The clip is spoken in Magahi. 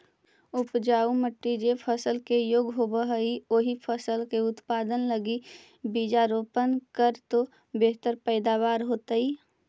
उपजाऊ मट्टी जे फसल के योग्य होवऽ हई, ओही फसल के उत्पादन लगी बीजारोपण करऽ तो बेहतर पैदावार होतइ